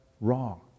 wrong